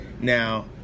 now